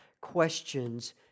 questions